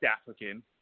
African